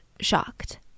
shocked